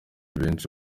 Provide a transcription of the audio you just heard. benshi